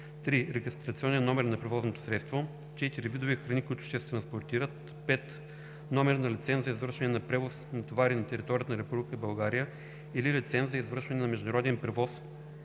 3. регистрационен номер на превозното средство; 4. видове храни, които ще се транспортират; 5. номер на лиценз за извършване на превоз на товари на територията на Република България или лиценз за извършване на международен превоз